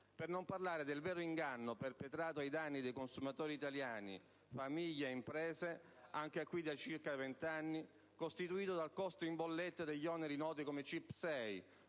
Per non parlare del vero inganno perpetrato ai danni dei consumatori italiani, famiglie e imprese, anche in questo caso da circa venti anni, costituito dal costo in bolletta degli oneri noti come CIP6,